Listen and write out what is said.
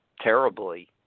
terribly